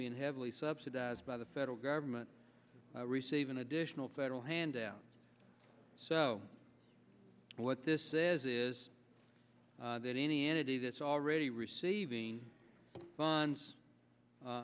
being heavily subsidized by the federal government receive an additional federal handout so what this says is that any entity that's already receiving funds